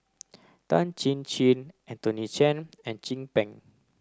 Tan Chin Chin Anthony Chen and Chin Peng